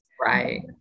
Right